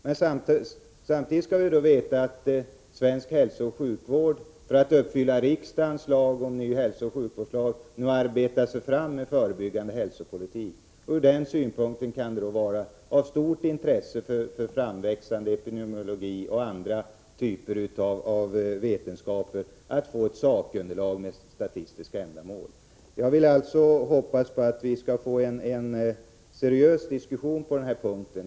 Men samtidigt skall vi veta att svensk hälsooch sjukvård, för att följa den av riksdagen beslutade nya hälsooch sjukvårdslagen, nu arbetar sig fram till en förebyggande hälsopolitik. Ur denna synvinkel kan det för den framväxande epidemiologin och andra vetenskaper vara av stort intresse att få ett sakunderlag med Jag hoppas att vi på denna punkt skall få en seriös diskussion.